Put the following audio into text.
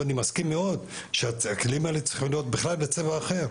ואני מסכים מאוד שהכלים האלה צריכים להיות בכלל בצבע אחר.